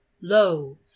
Lo